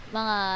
mga